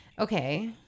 Okay